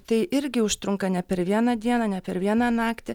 tai irgi užtrunka ne per vieną dieną ne per vieną naktį